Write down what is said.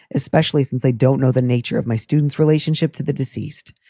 especially since they don't know the nature of my students relationship to the deceased,